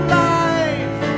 life